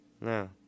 No